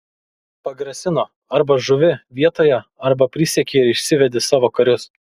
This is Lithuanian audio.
pagrasino arba žūvi vietoje arba prisieki ir išsivedi savo karius